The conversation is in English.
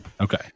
Okay